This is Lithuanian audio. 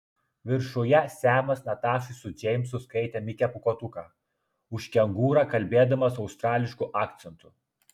viršuje semas natašai su džeimsu skaitė mikę pūkuotuką už kengūrą kalbėdamas australišku akcentu